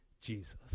Jesus